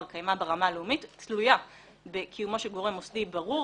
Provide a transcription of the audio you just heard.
קיימא ברמה לאומית תלויה בקיומו של גורם מוסדי ברור,